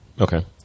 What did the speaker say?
Okay